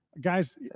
guys